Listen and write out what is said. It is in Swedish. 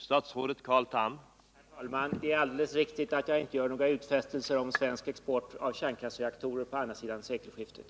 Herr talman! Det är alldeles riktigt att jag inte gör några utfästelser om svensk export av kärnkraftsreaktorer på andra sidan sekelskiftet.